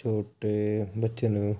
ਛੋਟੇ ਬੱਚੇ ਨੂੰ